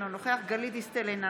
אינו נוכח גלית דיסטל אטבריאן,